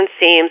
seems